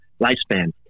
lifespan